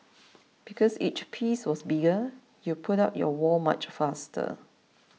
because each piece was bigger you put up your wall much faster